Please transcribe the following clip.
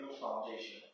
foundation